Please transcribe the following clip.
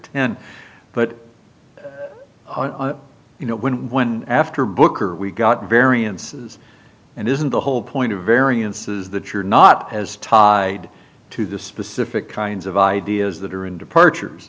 ten but you know when when after booker we've got variances and isn't the whole point of variances that you're not as tied to the specific kinds of ideas that are in departures